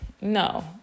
no